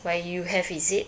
why you have is it